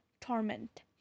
torment